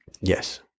Yes